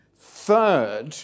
Third